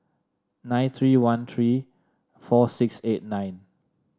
nine three one three four six eight nine